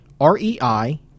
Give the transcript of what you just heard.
R-E-I